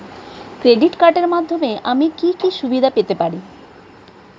Credit কার্ডের মাধ্যমে আমি কি কি সুবিধা পেতে পারি?